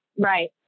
right